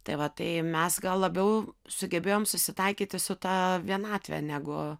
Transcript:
tai va tai mes gal labiau sugebėjom susitaikyti su ta vienatve negu